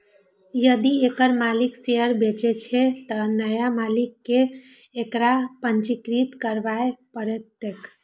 यदि एकर मालिक शेयर बेचै छै, तं नया मालिक कें एकरा पंजीकृत करबय पड़तैक